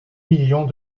millions